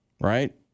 right